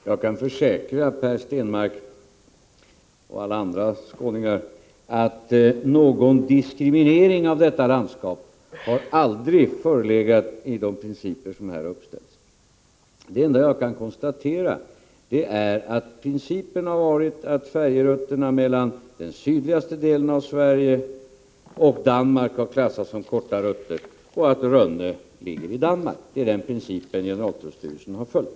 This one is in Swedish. Herr talman! Jag kan försäkra Per Stenmarck och alla andra skåningar att 7 november 1985 det aldrig har förelegat någon diskriminering av detta landskap när det gäller de principer som har uppställts. Det enda jag kan konstatera är att principen har varit att färjerutterna mellan den sydligaste delen av Sverige och Danmark klassas som korta rutter och att Rönne ligger i Danmark. Det är denna princip som generaltullstyrelsen har följt.